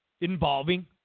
involving